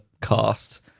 cast